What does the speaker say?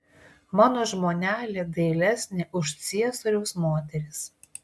mano žmonelė dailesnė už ciesoriaus moteris